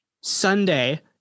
Sunday